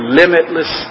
limitless